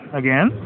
again